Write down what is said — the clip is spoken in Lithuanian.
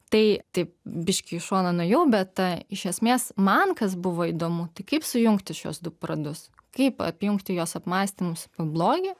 tai taip biški į šoną nuėjau bet iš esmės man kas buvo įdomu tai kaip sujungti šiuos du pradus kaip apjungti jos apmąstymus apie blogį